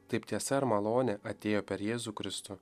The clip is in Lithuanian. taip tiesa ir malonė atėjo per jėzų kristų